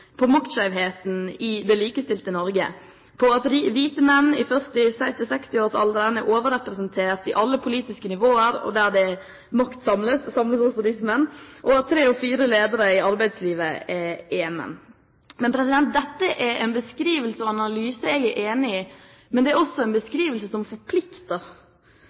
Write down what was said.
menn i 40–60-årsalderen er overrepresentert på alle politiske nivå og at der makt samles, samles også disse menn, samt at tre av fire ledere i arbeidslivet er menn. Dette er en beskrivelse og en analyse jeg er enig i, men det er også en beskrivelse som forplikter.